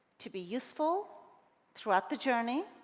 to be useful throughout the journey,